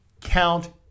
count